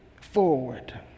forward